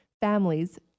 families